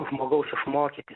žmogaus išmokyti